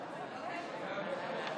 משרת משאבי המים לשרת האנרגיה נתקבלה.